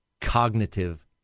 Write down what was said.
cognitive